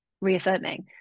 reaffirming